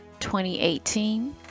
2018